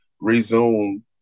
resume